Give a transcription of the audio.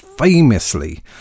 famously